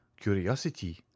Curiosity